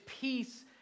peace